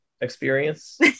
experience